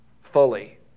fully